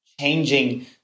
changing